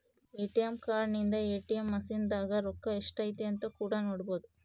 ATM card ಇಂದ ATM machine ದಾಗ ರೊಕ್ಕ ಎಷ್ಟೈತೆ ಅಂತ ಕೂಡ ನೊಡ್ಬೊದು